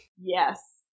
Yes